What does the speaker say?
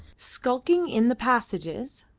skulking in the passages,